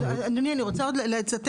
אדוני, אני רוצה עוד לצטט.